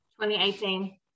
2018